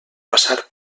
passar